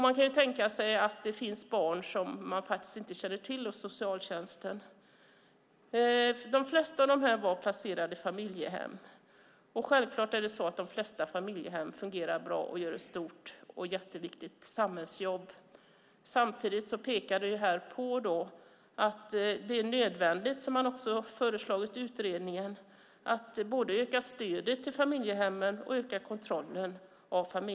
Man kan tänka sig att det finns barn som socialtjänsten faktiskt inte känner till. De flesta av dessa barn var placerade i familjehem. Självklart fungerar de flesta familjehem bra och gör ett stort och viktigt samhällsjobb. Samtidigt pekas det på att det är nödvändigt att man, som har föreslagits i utredningen, både ökar stödet till familjehemmen och ökar kontrollen av dem.